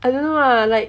I don't know ah like